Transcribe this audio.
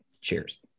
cheers